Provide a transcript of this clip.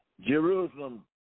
Jerusalem